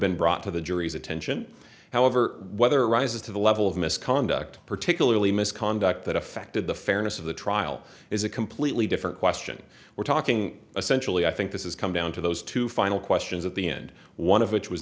been brought to the jury's attention however whether rises to the level of misconduct particularly misconduct that affected the fairness of the trial is a completely different question we're talking a centrally i think this is come down to those two final questions at the end one of which was